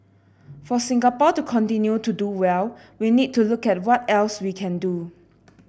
for Singapore to continue to do well we need to look at what else we can do